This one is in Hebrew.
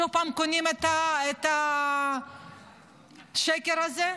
שוב פעם קונים את השקר הזה?